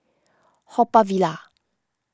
Haw Par Villa